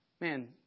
Man